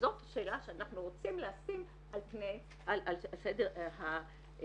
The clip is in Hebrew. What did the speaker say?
וזאת שאלה שאנחנו רוצים לשים על סדר היום.